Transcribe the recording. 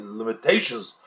limitations